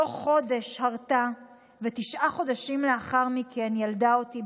תוך חודש הרתה, ותשעה חודשים לאחר מכן ילדה אותי.